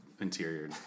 interior